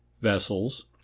vessels